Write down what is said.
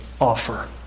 offer